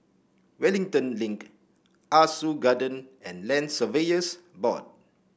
Wellington Link Ah Soo Garden and Land Surveyors Board